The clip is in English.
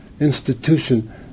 institution